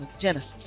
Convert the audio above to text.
genesis